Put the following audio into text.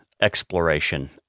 exploration